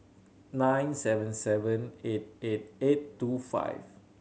nine seven seven eight eight eight two five